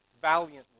valiantly